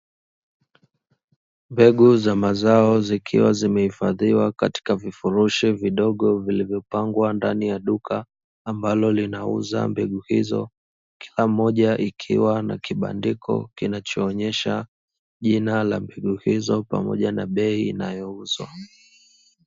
Mbegu za mazao zikiwa zimehifadhiwa katika vifurushi vidogo vilivyopangwa ndani ya duka, ambalo linauza mbegu hizo kila moja ikiwa na kibandiko kinachoonyesha jina la mbegu hizo pamoja na bei inayouzwa.